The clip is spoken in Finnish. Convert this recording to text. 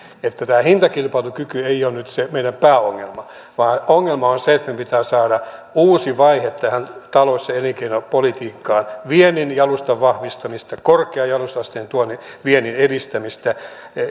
että tämä hintakilpailukyky ei ole nyt se meidän pääongelma vaan ongelma on se että meidän pitää saada uusi vaihde tähän talous ja elinkeinopolitiikkaan viennin jalustan vahvistamista korkean jalostusasteen tuotteiden viennin edistämistä